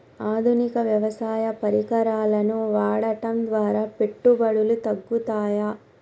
ఆధునిక వ్యవసాయ పరికరాలను వాడటం ద్వారా పెట్టుబడులు తగ్గుతయ?